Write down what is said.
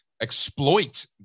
exploit